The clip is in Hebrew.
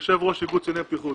יושב-ראש איגוד קציני בטיחות.